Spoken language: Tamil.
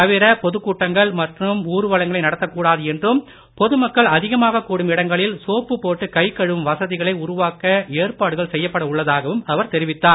தவிர பொதுக்கூட்டங்கள் மற்றும் ஊர்வலங்களை நடத்தக்கூடாது என்றும் பொதுமக்கள் அதிகமாக கூடும் இடங்களில் சோப்பு போட்டு கை கழுவும் வசதிகளை உருவாக்க ஏற்பாடுகள் செய்யப்பட உள்ளதாகவும் அவர் தெரிவித்தார்